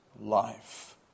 life